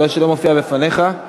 שלא מופיעה בפניך?